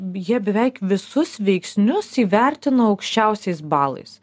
jie beveik visus veiksnius įvertino aukščiausiais balais